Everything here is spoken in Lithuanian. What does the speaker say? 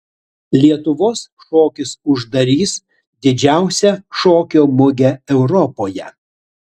lietuvos šokis uždarys didžiausią šokio mugę europoje